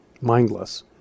mindless